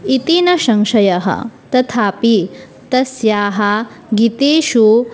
इति न संशयः तथापि तस्याः गीतेषु